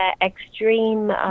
extreme